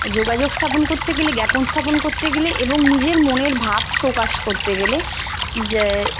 যোগাযোগ স্থাপন করতে গেলে জ্ঞাপন স্থাপন করতে গেলে এবং নিজের মনের ভাব প্রকাশ করতে গেলে যে